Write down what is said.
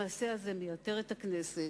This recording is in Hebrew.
המעשה הזה מייתר את הכנסת.